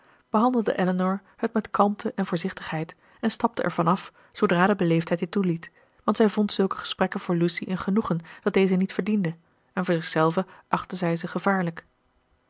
behandelde elinor het met kalmte en voorzichtigheid en stapte ervan af zoodra de beleefdheid dit toeliet want zij vond zulke gesprekken voor lucy een genoegen dat deze niet verdiende en voor zichzelve achtte zij ze gevaarlijk